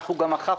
אנחנו גם אכפנו,